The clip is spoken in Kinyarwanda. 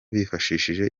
bifashishije